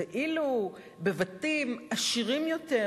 ואילו בבתים עשירים יותר,